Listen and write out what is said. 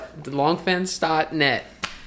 longfence.net